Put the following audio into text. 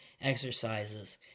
exercises